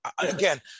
Again